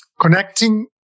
connecting